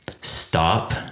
stop